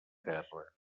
terra